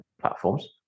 platforms